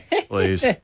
please